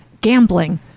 gambling